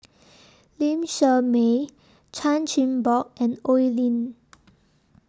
Lee Shermay Chan Chin Bock and Oi Lin